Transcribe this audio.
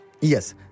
yes